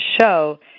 show